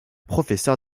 professeur